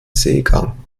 seegang